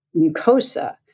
mucosa